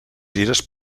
gires